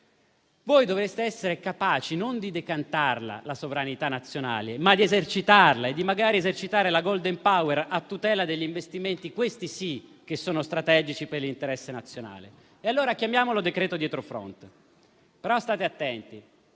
Voi dovreste essere capaci non di decantare la sovranità nazionale, ma di esercitarla e magari di esercitare la *golden power* a tutela degli investimenti: questi sì che sono strategici per l'interesse nazionale. Allora chiamiamolo "decreto dietrofront". State attenti,